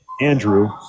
Andrew